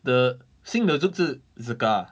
the 新的 zouk 是 zouka ah